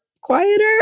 quieter